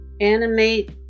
animate